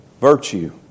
Virtue